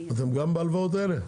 אתם גם בהלוואות האלה?